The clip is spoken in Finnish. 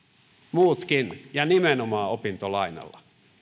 nimenomaan opintolainalla